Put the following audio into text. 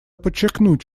подчеркнуть